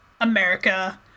America